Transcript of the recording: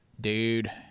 dude